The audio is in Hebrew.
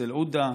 אצל עודה.